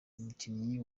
umukinnyi